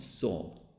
soul